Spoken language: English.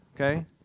okay